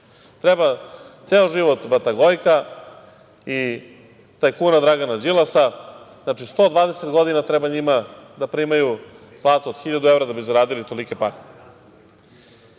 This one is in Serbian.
Treba ceo život bata Gojka i tajkuna Dragana Đilasa, znači, 120 godina treba njima da primaju platu od hiljadu evra da bi zaradili tolike pare. Na